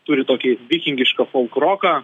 turi tokį vikingišką folk roką